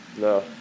No